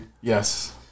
Yes